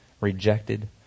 rejected